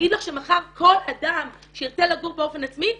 להגיד לך שמחר כל אדם שירצה לגור באופן עצמאי